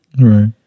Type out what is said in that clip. Right